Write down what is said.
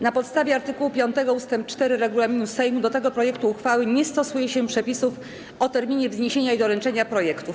Na podstawie art. 5 ust. 4 regulaminu Sejmu do tego projektu uchwały nie stosuje się przepisów o terminie wniesienia i doręczenia projektów.